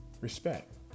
respect